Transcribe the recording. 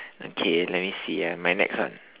okay let me see ah my next one